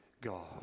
God